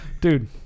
dude